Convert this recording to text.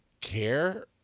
care